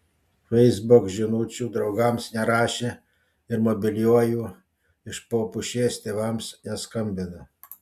facebook žinučių draugams nerašė ir mobiliuoju iš po pušies tėvams neskambino